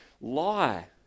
lie